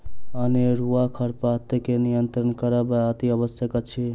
अनेरूआ खरपात के नियंत्रण करब अतिआवश्यक अछि